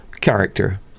character